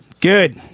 Good